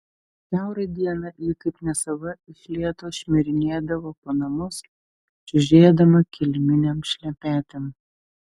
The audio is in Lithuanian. kiaurą dieną ji kaip nesava iš lėto šmirinėdavo po namus čiužėdama kiliminėm šlepetėm